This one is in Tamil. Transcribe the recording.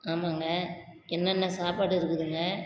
ஆமாங்க என்னென்ன சாப்பாடு இருக்குதுங்க